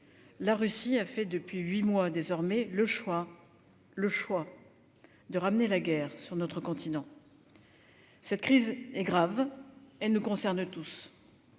la Russie a fait, depuis huit mois désormais, le choix- le choix -de ramener la guerre sur notre continent. Cette crise est grave ; elle nous concerne tous.